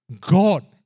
God